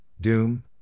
Doom